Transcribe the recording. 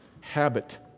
Habit